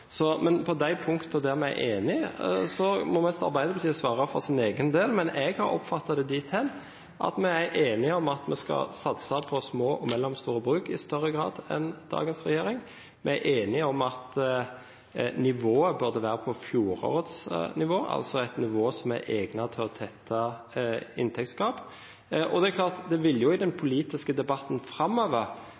Så registrerer jeg at noen steder har Senterpartiet sine merknader og Arbeiderpartiet sine merknader. Arbeiderpartiet må få svare for sin egen del, men på de punktene vi er enige, har jeg oppfattet det dit hen at vi er enige om at vi skal satse på små og mellomstore bruk i større grad enn dagens regjering. Vi er enige om at nivået burde være på fjorårets nivå, altså et nivå som er egnet til å tette inntektsgap. Det vil jo i den politiske debatten framover